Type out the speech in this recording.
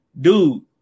dude